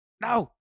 No